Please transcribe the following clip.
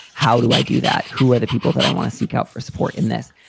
how do i do that? who are the people that i want to seek out for support in this?